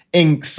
inc. so